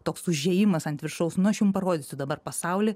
toks užėjimas ant viršaus nu aš jum parodysiu dabar pasauli